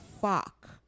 fuck